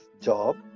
job